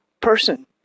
person